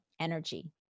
energy